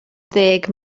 ddeg